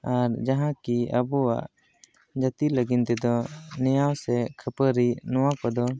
ᱟᱨ ᱡᱟᱦᱟᱸ ᱠᱤ ᱟᱵᱚᱣᱟᱜ ᱡᱟᱹᱛᱤ ᱞᱟᱹᱜᱤᱫ ᱛᱮᱫᱚ ᱱᱮᱭᱟᱣ ᱥᱮ ᱠᱷᱟᱹᱯᱟᱹᱨᱤ ᱱᱚᱣᱟ ᱠᱚᱫᱚ